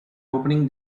opening